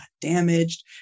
damaged